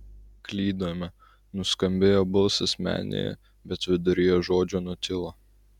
klydome nuskambėjo balsas menėje bet viduryje žodžio nutilo